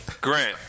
Grant